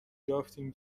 یافتیم